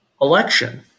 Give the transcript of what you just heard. election